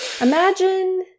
imagine